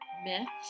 Myths